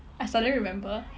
I suddenly remember